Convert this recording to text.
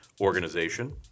organization